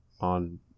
on